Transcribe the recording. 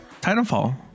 Titanfall